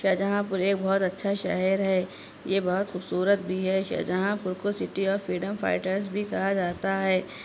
شاہجہاں پور ایک بہت اچھا شہر ہے یہ بہت خوبصورت بھی ہے شاہجہاں پور کو سٹی آف فریڈم فائٹرس بھی کہا جاتا ہے